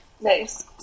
Nice